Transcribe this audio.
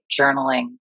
journaling